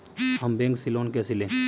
हम बैंक से लोन कैसे लें?